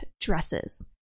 dresses